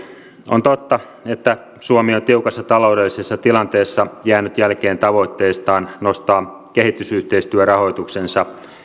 on totta että suomi on tiukassa taloudellisessa tilanteessa jäänyt jälkeen tavoitteistaan nostaa kehitysyhteistyörahoituksensa